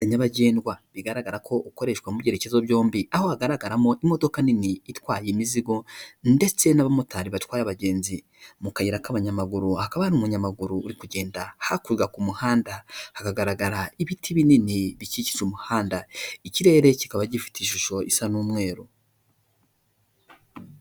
Nyabagendwa bigaragara ko ukoreshwa mu byerekezo byombi, aho hagaragaramo imodoka nini itwaye imizigo ndetse n'abamotari batwaye abagenzi. Mu kayira k'abanyamaguru hakaba hari umunyamaguru uri kugenda hakurya ku muhanda hakagaragara ibiti binini bikikije umuhanda, ikirere kikaba gifite ishusho isa n'umweru.